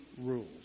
rules